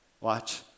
watch